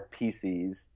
PCs